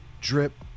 drip